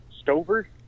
Stover